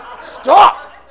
Stop